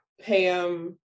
Pam